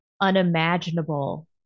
unimaginable